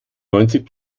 neunzig